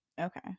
okay